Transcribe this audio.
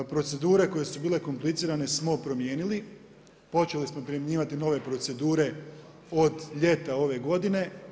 Procedure koje su bile komplicirane smo promijenili, počeli smo primjenjivati nove procedure od ljeta ove godine.